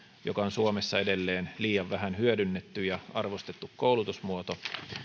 joka on suomessa edelleen liian vähän hyödynnetty ja arvostettu koulutusmuoto